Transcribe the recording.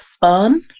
fun